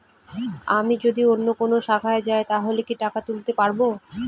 আমি যদি অন্য কোনো শাখায় যাই তাহলে কি টাকা তুলতে পারব?